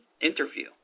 interview